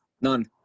None